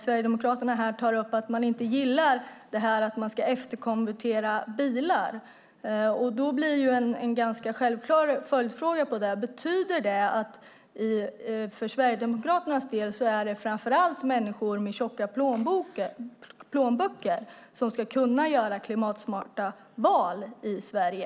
Sverigedemokraterna tar upp att man inte gillar att vi ska efterkonvertera bilar. Då blir en ganska självklar följdfråga om det betyder att det för Sverigedemokraternas del framför allt är människor med tjocka plånböcker som ska kunna göra klimatsmarta val i Sverige.